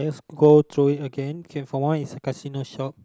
go through it again okay for one is a casino shop